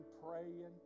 praying